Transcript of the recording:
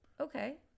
Okay